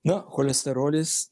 jo cholesterolis